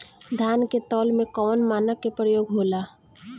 धान के तौल में कवन मानक के प्रयोग हो ला?